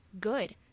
good